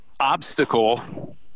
obstacle